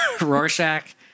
Rorschach